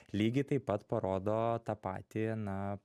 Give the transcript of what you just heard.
lygiai taip pat parodo tą patį na